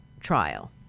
trial